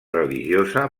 religiosa